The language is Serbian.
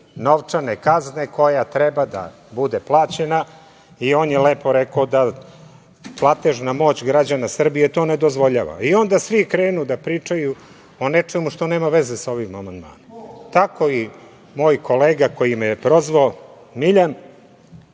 novčane kazne koja treba da bude plaćena i on je lepo rekao da platežna moć građana to ne dozvoljava. Onda svi krenu da pričaju o nečemu što nema veze sa ovim amandmanom. Tako i moj kolega koji me je prozvao, Miljan,